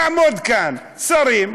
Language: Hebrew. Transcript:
לעמוד כאן שרים,